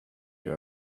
you